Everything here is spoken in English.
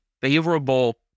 favorable